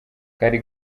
kari